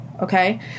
okay